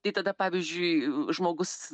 tai tada pavyzdžiui žmogus